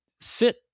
sit